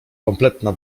kompletna